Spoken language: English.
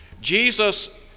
Jesus